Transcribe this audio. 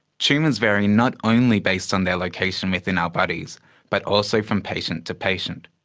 tumours vary not only based on their location within our bodies but also from patient to patient.